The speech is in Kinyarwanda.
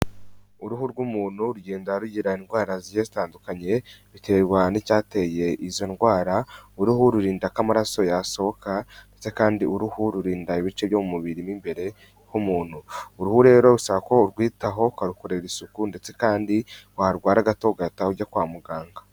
Uruhu rw'umuntu rugenda rugira indwara zigiye ziyatandukanye biterwa n'icyateye izo ndwara, uruhu rurinda ko amaraso yasohoka ndetse kandi uruhu rurinda ibice byo mu mubiri w'imbere ho umuntu, uruhu rero rusaba ko urwitaho, ukarukorera isuku ndetse kandi warwara gato ugahita ujya kwa muganga.